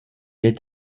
est